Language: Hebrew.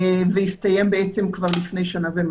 והסתיים כבר לפני יותר משנה.